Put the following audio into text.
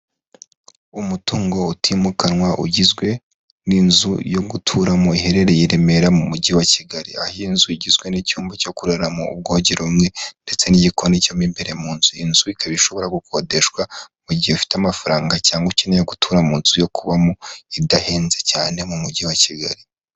Umutungo utimukanwa ugizwe n'inzu yo guturamo iherereye i Remera mu mujyi wa Kigali. Aho iyi inzu igizwe n'icyumba cyo kuraramo, ubwogero bumwe ndetse n'igikoni cyo mu imbere mu nzu. Iyi nzu ikaba ishobora gukodeshwa mu gihe ufite amafaranga cyangwa ukeneye gutura mu nzu yo kubamo idahenze cyane mu mujyi wa Kigali.